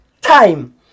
time